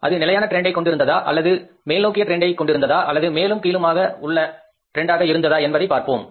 அது நிலையான போக்கை கொண்டு இருந்ததா அல்லது மேல்நோக்கிய போக்காக இருந்ததா அல்லது மேலும் கீழுமாக உள்ள போக்காக இருந்ததா என்பதை பார்ப்போம்